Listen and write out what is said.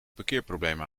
parkeerprobleem